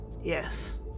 Yes